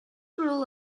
rule